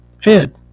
head